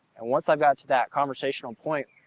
and once i've got to that conversational point,